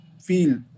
feel